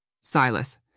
Silas